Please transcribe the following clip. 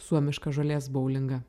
suomišką žolės boulingą